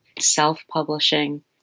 self-publishing